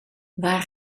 waar